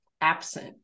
absent